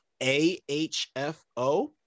AHFO